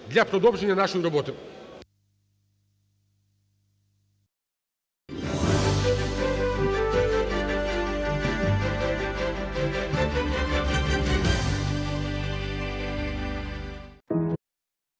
для продовження нашої роботи.